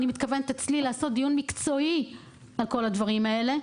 אני מתכוונת אצלי לעשות דיון מקצועי על כל הדברים האלה.